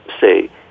say